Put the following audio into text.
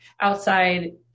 outside